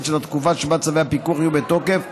של התקופה שבה צווי הפיקוח יהיו בתוקף,